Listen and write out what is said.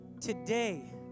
Today